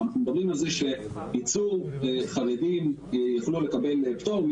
במובן הזה שחרדים יוכלו לקבל פטור,